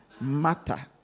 Matter